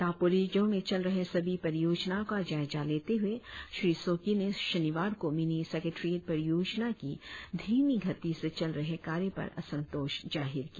दापोरिजो में चल रहे सभी परियोजनाओं का जायजा लेते हुए श्री सोकी ने शनिवार को मिनि सेकेट्रियट परियोजना की धीमि गति से चल रहे कार्य पर असंतोष जाहिर की